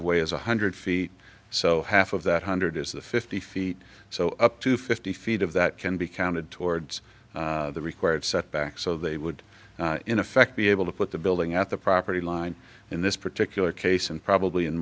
away is one hundred feet so half of that hundred is the fifty feet so up to fifty feet of that can be counted towards the required setback so they would in effect be able to put the building at the property line in this particular case and probably in